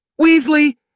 Weasley